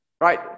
right